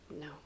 No